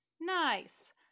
Nice